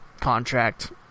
contract